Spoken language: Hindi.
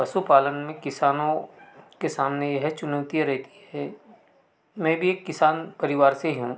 पशुपालन में किसानों के सामने यह चुनौतियाँ रहती है मैं भी किसान परिवार से हूँ